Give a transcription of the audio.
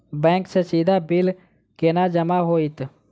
Bank सँ सीधा bill केना जमा होइत?